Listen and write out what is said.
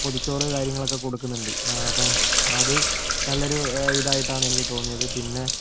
പൊതിച്ചോറ് കാര്യങ്ങളൊക്കെ കൊടുക്കുന്നുണ്ട് അപ്പം അത് നല്ലൊരു ഇതായിട്ടാണ് എനിക്ക് തോന്നിയത് പിന്നെ